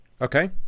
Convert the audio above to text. Okay